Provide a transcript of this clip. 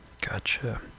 Gotcha